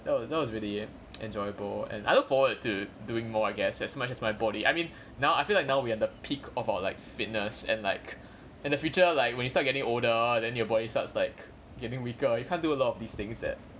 that was that was really enjoyable and I look forward to doing more I guess as much as my body I mean now I feel like now we at the peak of our like fitness and like in the future like when you start getting older then your body starts like getting weaker you can't do a lot of these things that